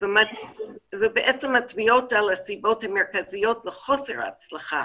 ובעצם מצביעות על סיבות מרכזיות לחוסר ההצלחה